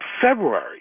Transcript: February